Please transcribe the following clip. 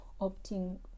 opting